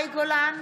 מאי גולן,